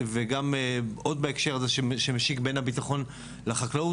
וגם עוד בהקשר הזה שמשיק בין הביטחון לחקלאות